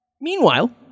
Meanwhile